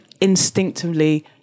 instinctively